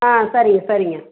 ஆ சரிங்க சரிங்க